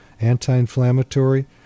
anti-inflammatory